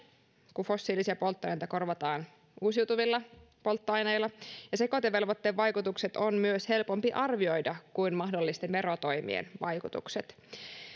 kun fossiilisia polttoaineita korvataan uusiutuvilla polttoaineilla ja sekoitevelvoitteen vaikutukset on myös helpompi arvioida kuin mahdollisten verotoimien vaikutukset